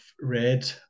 read